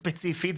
ספציפית,